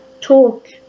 talk